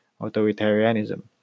authoritarianism